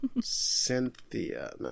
Cynthia